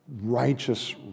righteous